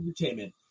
Entertainment